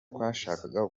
twashakaga